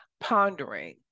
Pondering